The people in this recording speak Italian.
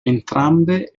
entrambe